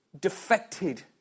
defected